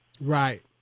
Right